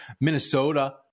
Minnesota